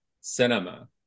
cinema